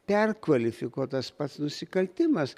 perkvalifikuotas pats nusikaltimas